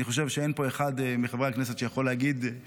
אני חושב שאין פה אחד מחברי הכנסת שיכול להגיד,